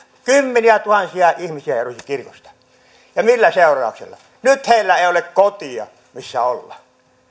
kymmeniätuhansia ihmisiä erosi kirkosta ja millä seurauksella nyt heillä ei ole kotia missä olla